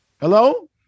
Hello